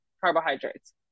carbohydrates